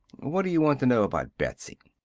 what do you want to know about betsy?